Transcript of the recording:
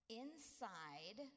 inside